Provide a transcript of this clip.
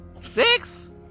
Six